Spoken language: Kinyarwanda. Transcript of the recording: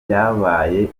byabaye